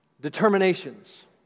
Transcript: determinations